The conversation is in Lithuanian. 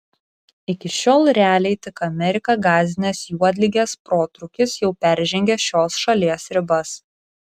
iki šiol realiai tik ameriką gąsdinęs juodligės protrūkis jau peržengė šios šalies ribas